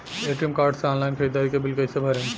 ATM card से online ख़रीदारी के बिल कईसे भरेम?